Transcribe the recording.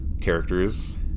characters